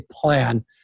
plan